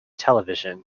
television